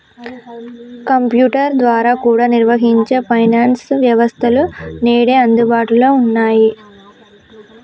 computer ద్వారా కూడా నిర్వహించే ఫైనాన్స్ వ్యవస్థలు నేడు అందుబాటులో ఉన్నయ్యి